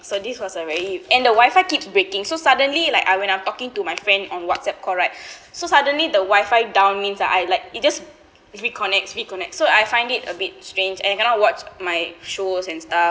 so this was a very and the wifi keep breaking so suddenly like I when I'm talking to my friend on WhatsApp call right so suddenly the wifi down means I like it just reconnects reconnects so I find it a bit strange and I cannot watch my shows and stuff